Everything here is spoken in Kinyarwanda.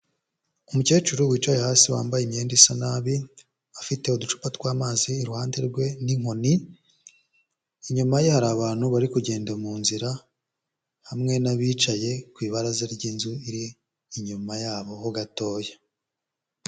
Umukecuru wicaye hasi wambaye imyenda isa nabi, afite uducupa tw'amazi iruhande rwe n'inkoni, inyuma ye hari abantu bari kugenda mu nzira, hamwe n'abicaye ku ibaraza ry'inzu iri inyuma yabo ho gatoya.